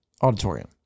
auditorium